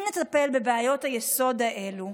אם נטפל בבעיות היסוד האלה,